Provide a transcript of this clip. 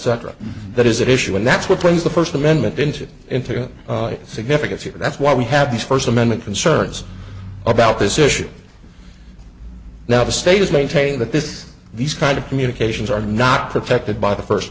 etc that is at issue and that's what wins the first amendment engine into significance here that's why we have the first amendment concerns about this issue now the state has maintained that this these kind of communications are not protected by the first